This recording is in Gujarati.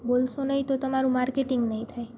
બોલશો નહીં તો તમારું માર્કેટિંગ નહીં થાય